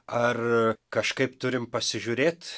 ar kažkaip turim pasižiūrėt